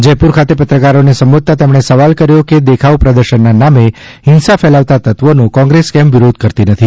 જથપુર ખાતે પત્રકારો ને સંબોધતા તેમણે સવાલ કર્યો હતો કે દેખાવ પ્રદર્શન ના નામે હિંસા કેલાવતા તત્વીનો કોંગ્રેસ કેમ વિરોધ કરતી નથી